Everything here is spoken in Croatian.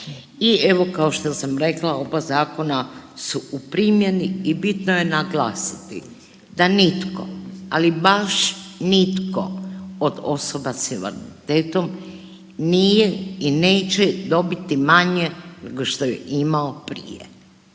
I evo kao što sam rekla oba zakona su u primjeni i bitno je naglasiti da nitko, ali baš nitko od osoba s invaliditetom nije i neće dobiti manje nego što je imao prije,